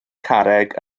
carreg